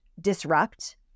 disrupt